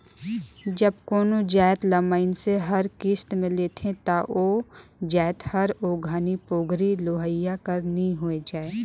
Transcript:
जब कोनो जाएत ल मइनसे हर किस्त में लेथे ता ओ जाएत हर ओ घनी पोगरी लेहोइया कर नी होए जाए